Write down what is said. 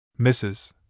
Mrs